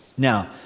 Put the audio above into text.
Now